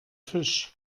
fisch